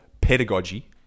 pedagogy